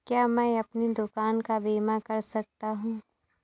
क्या मैं अपनी दुकान का बीमा कर सकता हूँ?